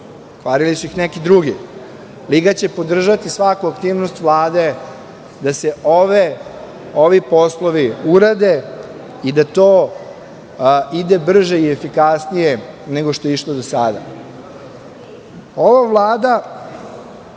kvarili su ih neki drugi, Liga će podržati svaku aktivnost Vlade da se ovi poslovi urade i da to ide brže i efikasnije nego što je išlo do sada. Ova